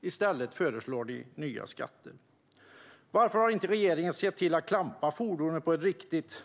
I stället föreslår ni nya skatter. Varför har regeringen inte sett till att fordon klampas på ett riktigt